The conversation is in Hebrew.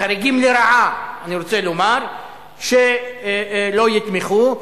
חריגים לרעה, אני רוצה לומר, שלא יתמכו.